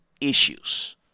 issues